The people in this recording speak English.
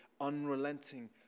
unrelenting